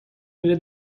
میره